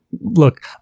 look